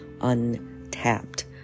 untapped